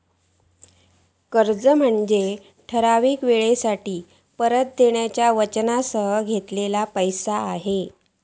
कर्ज म्हनजे ठराविक येळेसाठी परताव्याच्या वचनासह घेतलेलो पैसो होय